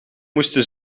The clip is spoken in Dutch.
moesten